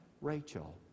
Rachel